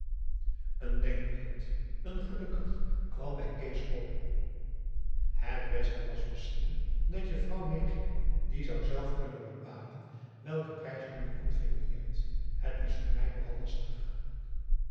een denkbeeld een gelukkig kwam bij kees op het beste was misschien dat je vrouw meêging die zou zelf kunnen bepalen welken prijs jullie convenieert het is voor mij nogal lastig